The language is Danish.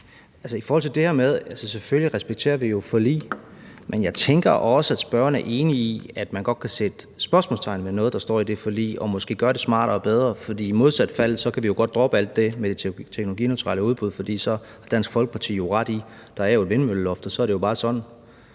videreført i næste uge. Altså, selvfølgelig respekterer vi jo forlig, men jeg tænker også, at spørgeren er enig i, at man godt kan sætte spørgsmålstegn ved noget, der står i det forlig, og måske gøre det smartere og bedre. For i modsat fald kan vi jo godt droppe alt det med det teknologineutrale udbud, for så har Dansk Folkeparti jo ret i, at der er et vindmølleloft, og så er det jo bare sådan.